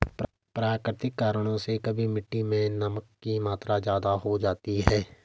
प्राकृतिक कारणों से कभी मिट्टी मैं नमक की मात्रा ज्यादा हो जाती है